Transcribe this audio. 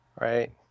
right